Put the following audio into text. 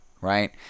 right